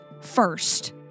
first